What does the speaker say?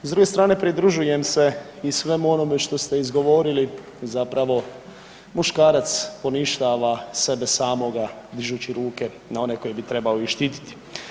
S druge strane pridružujem se i svemu onome što ste izgovorili, zapravo muškarac poništava sebe samoga dižući ruke na one koje bi trebao i štititi.